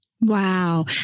Wow